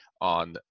on